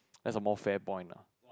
that's a more fair point lah